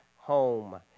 Home